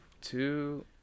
two